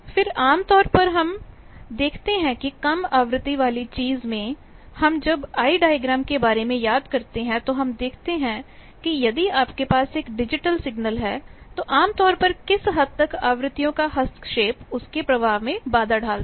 फिर आप आम तौर पर देखते हैं कि कम आवृत्ति वाली चीज़ में हम जब आयी डायग्राम के बारे में याद करते हैं तो हम यह देखते हैं कि यदि आपके पास एक डिजिटल सिग्नल है तो आम तौर पर किस हद तक आवृत्तियों का हस्तक्षेप उसके प्रवाह में बाधा डालता है